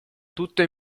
tutto